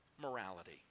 morality